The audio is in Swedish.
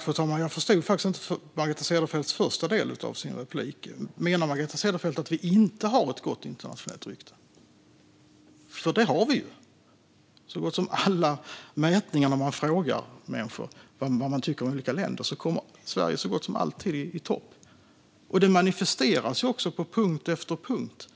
Fru talman! Jag förstod faktiskt inte den första delen av Margareta Cederfelts replik. Menar Margareta Cederfelt att vi inte har ett gott internationellt rykte? Det har vi nämligen. I så gott som alla mätningar där man frågar människor vad de tycker om olika länder kommer Sverige i topp. Det manifesteras också på punkt efter punkt.